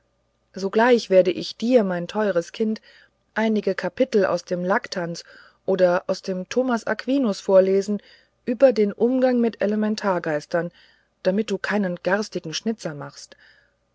sogleich werde ich dir mein teures kind einige kapitel aus dem laktanz oder aus dem thomas aquinas vorlesen über den umgang mit elementargeistern damit du keinen garstigen schnitzer machst